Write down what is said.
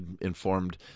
informed